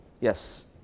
Yes